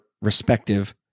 respective